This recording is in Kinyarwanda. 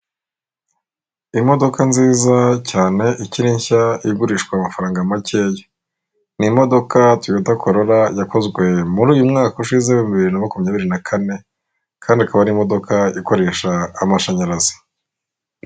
Imodoka nziza cyane ikiri nshya igurishwa amafaranga makeya, ni imodoka toyota korola yakozwe muri uyu mwaka ushize w'ibihumbi bibiri na makumyabiri na kane kandi ikaba ari imodoka ikoresha amashanyarazi.